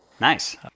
nice